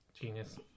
genius